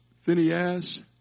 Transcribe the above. Phineas